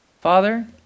Father